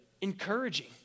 encouraging